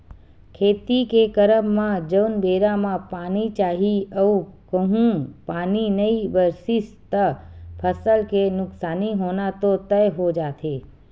खेती के करब म जउन बेरा म पानी चाही अऊ कहूँ पानी नई बरसिस त फसल के नुकसानी होना तो तय हो जाथे